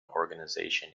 organisation